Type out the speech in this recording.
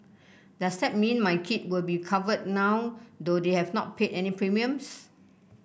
does that mean my kid will be covered now though they have not paid any premiums